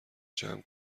جمع